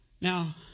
Now